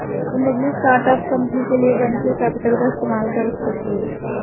तुम अपनी startup company के लिए वेन्चर कैपिटल का इस्तेमाल कर सकते हो